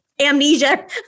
amnesia